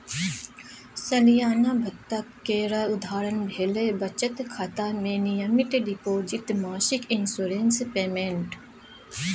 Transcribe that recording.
सलियाना भत्ता केर उदाहरण भेलै बचत खाता मे नियमित डिपोजिट, मासिक इंश्योरेंस पेमेंट